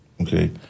Okay